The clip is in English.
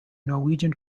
norwegian